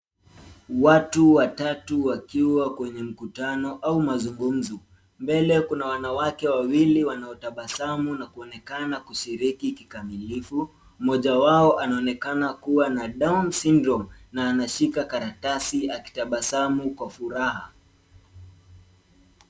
Watu watatu wakiwa kwenye mkutano au mazungumzo. Mbele kuna wanawake wawili wanaotabasamu na kuonekana kushiriki kikamilifu. Mmoja wao anaonekana kuwa na down syndrome na anashika karatasi akitabasamu kwa furaha.